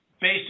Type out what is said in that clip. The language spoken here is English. based